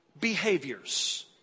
behaviors